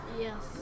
Yes